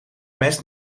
mes